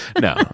No